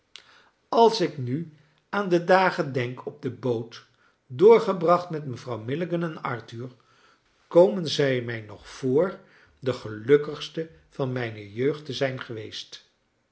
als ik nu aan de dagen denk op de boot doorgebracht met mevrouw milligan en arthur komen zij mij nog voor de gelukkigste van mijne jeugd te zijn geweest